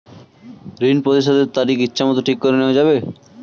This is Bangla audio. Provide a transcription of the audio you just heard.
ঋণ পরিশোধের তারিখ ইচ্ছামত ঠিক করে নেওয়া যাবে?